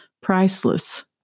priceless